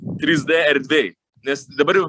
trys d erdvėj nes dabar